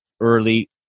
early